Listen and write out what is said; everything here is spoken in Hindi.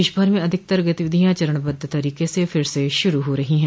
देशभर में अधिकतर गतिविधियां चरणबद्व तरीके से फिर शुरू हो रही है